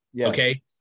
Okay